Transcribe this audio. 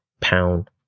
pound